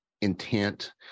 intent